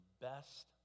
best